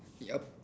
yup